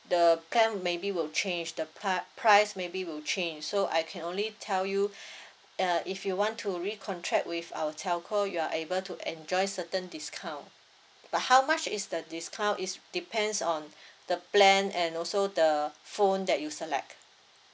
the plan maybe will change the pri~ price maybe will change so I can only tell you uh if you want to recontract with our telco you are able to enjoy certain discount but how much is the discount is depends on the plan and also the phone that you select